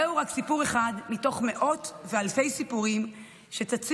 זהו רק סיפור אחד מתוך מאות ואלפי סיפורים שצצים